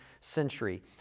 century